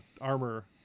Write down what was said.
armor